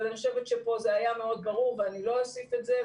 אבל אני חושבת שפה זה היה מאוד ברור ואני לא אוסיף על זה.